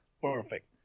perfect